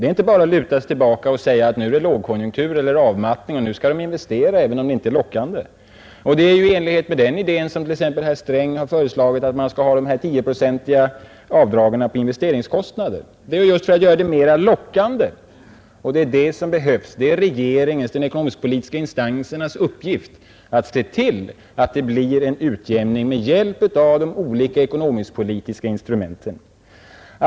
Man kan bara inte luta sig tillbaka och säga, att nu är det lågkonjunktur och nu skall det investeras även om det inte är lockande. Det är också därför som herr Sträng föreslagit det 10-procentiga avdraget för investeringskostnader. Det behöver bli mer lockande att investera, och det är regeringens och de ekonomisk-politiska instansernas uppgift att se till att det med hjälp av de olika ekonomisk-politiska instrumenten blir en uppgång.